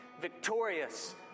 victorious